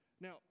Now